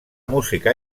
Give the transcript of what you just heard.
música